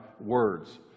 words